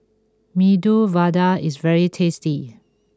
Medu Vada is very tasty